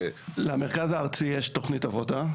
למרכז הארצי יש תוכנית עבודה,